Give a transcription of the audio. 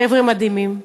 חבר'ה מדהימים,